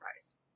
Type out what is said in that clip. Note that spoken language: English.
fries